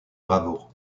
bravoure